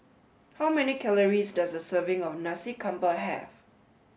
how many calories does a serving of Nasi Campur have